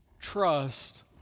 trust